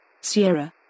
Sierra